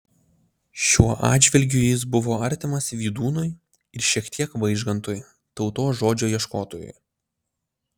šiuo atžvilgiu jis buvo artimas vydūnui ir šiek tiek vaižgantui tautos žodžio ieškotojui